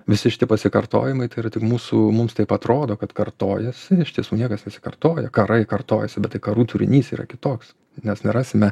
visi šiti pasikartojimai tai yra tik mūsų mums taip atrodo kad kartojasi iš tiesų niekas nesikartoja karai kartojasi bet tai karų turinys yra kitoks nes nerasime